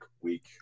week –